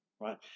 right